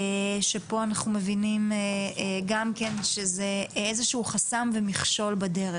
שפה אנחנו מבינים שגם כן זה איזשהו חסם ומכשול בדרך.